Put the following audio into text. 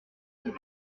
s’est